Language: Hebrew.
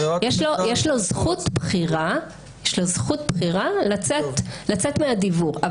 יש לו זכות בחירה לצאת מהדיוור.